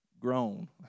grown